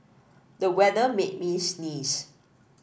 the weather made me sneeze